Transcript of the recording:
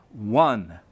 One